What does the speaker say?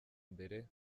mbere